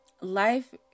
Life